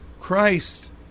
Christ